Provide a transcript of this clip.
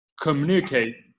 communicate